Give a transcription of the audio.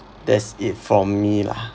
that's it from me lah